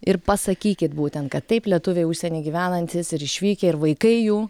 ir pasakykit būtent kad taip lietuviai užsienyje gyvenantys ir išvykę ir vaikai jų